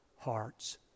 hearts